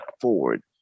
forward